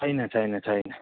छैन छैन छैन